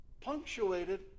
punctuated